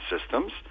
systems